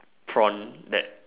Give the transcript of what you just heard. prawn that